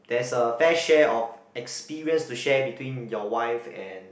there's a fair share of experience to share between your wife and